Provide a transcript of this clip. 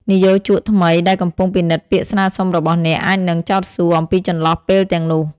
និយោជកថ្មីដែលកំពុងពិនិត្យពាក្យស្នើសុំរបស់អ្នក អាចនឹង ចោទសួរ អំពីចន្លោះពេលទាំងនេះ។